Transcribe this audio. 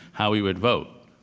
how he would vote,